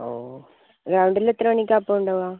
ഓ ഗ്രൗണ്ടിലെത്ര മണിക്കാണ് അപ്പോൾ ഉണ്ടാവുക